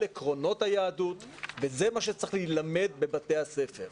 על עקרונות היהדות וזה מה שצריך להילמד בבתי הספר.